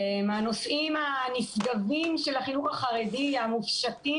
מהנושאים הנשגבים של החינוך החרדי המופשטים